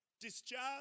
Discharge